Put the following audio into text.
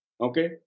Okay